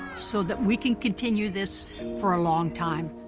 so that we can continue this for a long time.